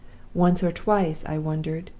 once or twice i wondered,